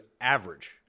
average